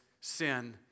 sin